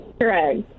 correct